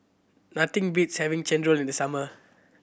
nothing beats having chendol in the summer